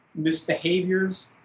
misbehaviors